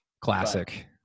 Classic